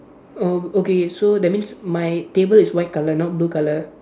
oh okay so that means my table is white colour not blue colour